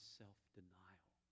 self-denial